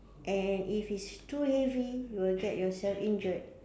and if it's too heavy you will get yourself injured